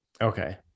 Okay